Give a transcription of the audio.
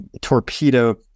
torpedo